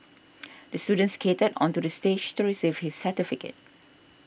the student skated onto the stage to receive his certificate